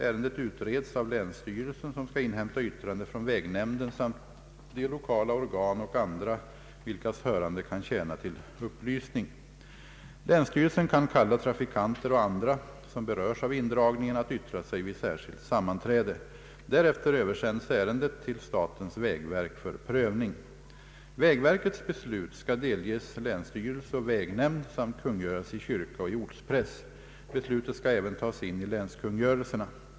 Ärendet utreds av länsstyrelsen som skall inhämta yttrande från vägnämnden samt de lokala organ och andra vilkas hörande kan tjäna till upplysning. Länsstyrelsen kan kalla trafikanter och andra som berörs av indragningen att yttra sig vid särskilt sammanträde. Därefter översänds ärendet till statens vägverk för prövning. Vägverkets beslut skall delges länsstyrelse och vägnämnd samt kungöras i kyrkan och i ortspressen. Beslutet skall även tas in i länskungörelserna.